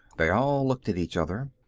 they all looked at each other.